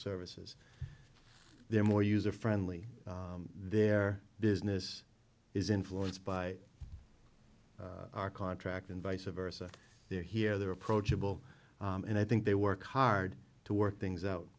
services they're more user friendly their business is influenced by our contract and vice versa they're here they're approachable and i think they work hard to work things out